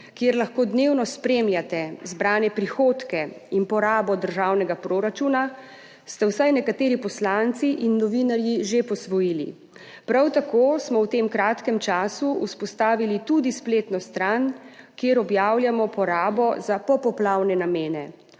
kjer lahko dnevno spremljate zbrane prihodke in porabo državnega proračuna, ste vsaj nekateri poslanci in novinarji že posvojili. Prav tako smo v tem kratkem času vzpostavili tudi spletno stran, kjer objavljamo porabo za popoplavne namene.